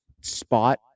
spot